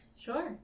Sure